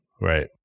Right